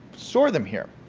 store them here.